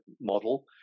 model